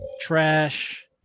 trash